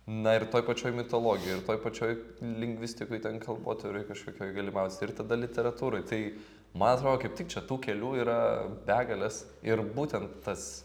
na ir toje pačioj mitologijoj ir toje pačioj lingvistikoj ten kalbotyroj kažkokioj gali maudytis ir tada literatūroj tai man atrodo kaip tik čia tų kelių yra begalės ir būtent tas